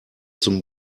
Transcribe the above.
zum